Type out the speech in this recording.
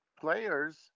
players